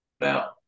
now